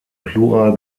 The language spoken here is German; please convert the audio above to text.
plural